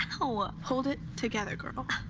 hold hold it together girl.